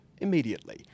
immediately